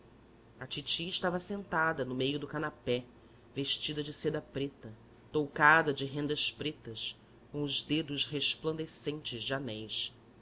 titi estava sentada no meio do canapé vestida de seda preta toucada de rendas pretas com os dedos resplandecentes de anéis